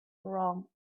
wrong